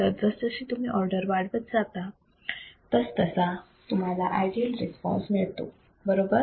तर जसजशी तुम्ही ऑर्डर वाढवता तसा तुम्हाला आयडियल रिस्पॉन्स मिळतो बरोबर